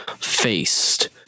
faced